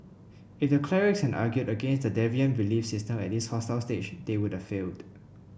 if the clerics had argued against the deviant belief system at this hostile stage they would have failed